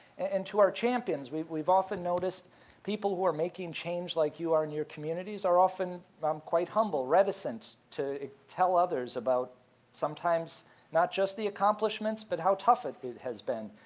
and to our champions, we've we've often noticed people who are making change like you are in your communities are often um quite humble, reticent to tell others about sometimes not just the accomplishments, but how tough it it has been.